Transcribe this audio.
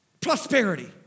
prosperity